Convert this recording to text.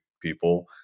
people